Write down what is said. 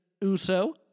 Uso